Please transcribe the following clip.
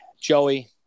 Joey